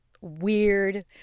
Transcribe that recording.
weird